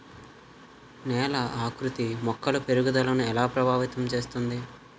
నేల ఆకృతి మొక్కల పెరుగుదలను ఎలా ప్రభావితం చేస్తుంది?